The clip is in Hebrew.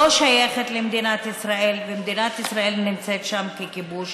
שייכת למדינת ישראל ומדינת ישראל נמצאת שם ככיבוש.